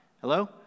Hello